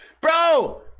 Bro